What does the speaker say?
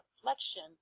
reflection